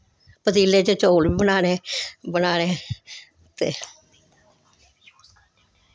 पतीले च चौल बी बनाने बनाने ते